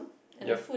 yup